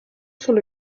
sont